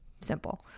Simple